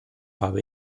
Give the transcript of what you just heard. habe